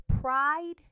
pride